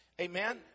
amen